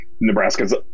Nebraska's